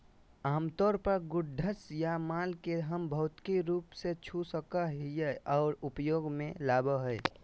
आमतौर पर गुड्स या माल के हम भौतिक रूप से छू सको हियै आर उपयोग मे लाबो हय